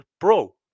pro